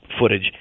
footage